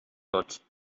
tots